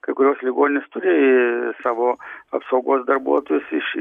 kai kurios ligoninės turi savo apsaugos darbuotojus iš